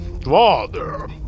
Father